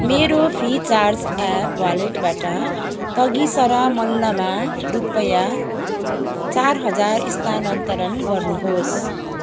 मेरो Freecharge app वालेटबाट तगिसरा मल्लमा रुपैयाँ चार हजार स्थानान्तरण गर्नुहोस्